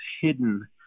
hidden